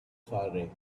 firing